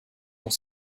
dans